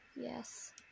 Yes